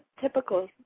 typical